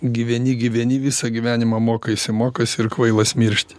gyveni gyveni visą gyvenimą mokaisi mokaisi ir kvailas miršti